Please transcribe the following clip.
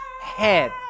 head